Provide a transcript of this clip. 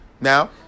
Now